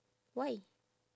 why